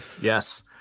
Yes